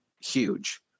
huge